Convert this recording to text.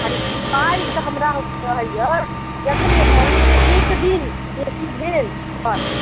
खाली पाइ तऽ हमरा होयत रहैया जखने महिनासँ एक दिन बेसी भेल बस